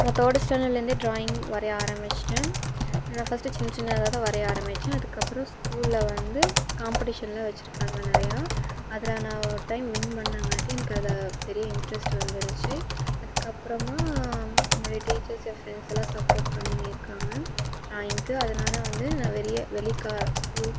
நான் தேர்டு ஸ்டாண்டர்ட்லந்தே ட்ராயிங் வரைய ஆரமிஷ்ட்டேன் நான் ஃபர்ஸ்ட்டு சின்ன சின்னதாக தான் வரைய ஆரமிச்சேன் அதுக்கப்புறோம் ஸ்கூலில் வந்து காம்ப்படிஷன்லாம் வச்சிருக்காங்க நிறையா அதில் நான் ஒரு டைம் வின் பண்ணங்காட்டி எனக்கு அதில் பெரிய இன்ட்ரெஸ்ட் வந்துருச்சு அதுக்கப்புறமா என்னுடைய டீச்சர்ஸ் என் ஃப்ரெண்ட்ஸெல்லாம் சப்போர்ட் பண்ணியிருக்காங்க ட்ராயிங்க்கு அதனால வந்து நான் வெறியே வெளிக்கா ஸ்கூல்